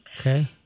Okay